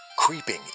Creeping